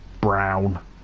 brown